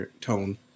tone